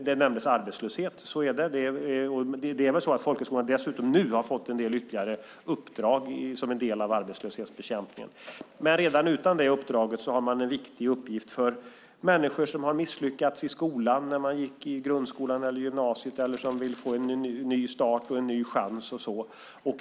Det talades om arbetslöshet. Det är väl så att folkhögskolorna dessutom nu har fått en del ytterligare uppdrag som en del av arbetslöshetsbekämpningen. Men redan utan det uppdraget har man en viktig uppgift för människor som har misslyckats i grundskolan eller i gymnasiet eller som vill få en ny start och en ny chans.